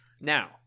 Now